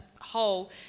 whole